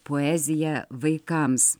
poeziją vaikams